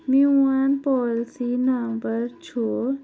میٛون policy number چھُ